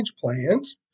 plans